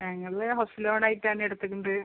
ഞങ്ങൾ ഹൗസ് ലോണായിട്ടാണ് എടുത്തിരിക്കുന്നത്